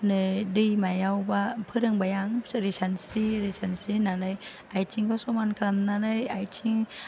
नै दैमायाव बा फोरोंबाय आं ओरै सानस्रि ओरै सानस्रि होननानै आथिंखौ समान खालामनानै आथिं